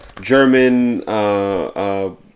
German